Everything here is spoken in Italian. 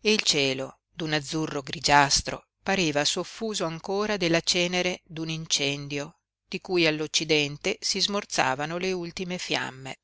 e il cielo d'un azzurro grigiastro pareva soffuso ancora della cenere d'un incendio di cui all'occidente si smorzavano le ultime fiamme